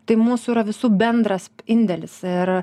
tai mūsų yra visų bendras indėlis ir